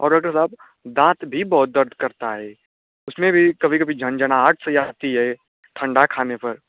और डौकटर साहब दाँत भी बहुत दर्द करता है उसमें भी कभी कभी झनझनाहट आती है ठंडा खाने पर